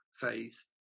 phase